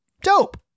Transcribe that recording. dope